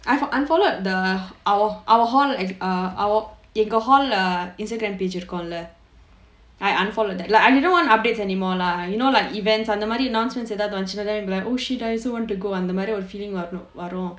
I unfollowed the our our hall as err எங்க:enga hall lah Instagram page இருக்கும்ல:irukkumla I unfollowed that like I didn't wanna updates anymore lah you know like events அந்த மாதிரி:antha maathiri announcements எதாவது வந்துச்சுனா:ethaavathu vanthuchunaa like oh shit I also want to go அந்த மாதிரி ஒரு:adhu maathiri oru feeling வரனும் வரும்:varanum varum